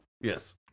Yes